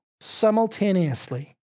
simultaneously